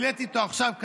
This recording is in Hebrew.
העליתי אותו עכשיו,